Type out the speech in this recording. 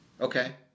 Okay